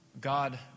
God